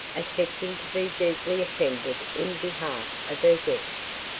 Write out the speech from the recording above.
affecting to be deeply offended in behalf of her guests.